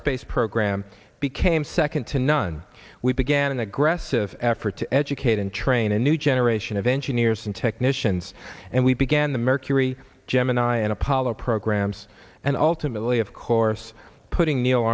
space program became second to none we began an aggressive effort to educate and train a new generation of engineers and technicians and we began the mercury gemini and apollo programs and ultimately of course putting neil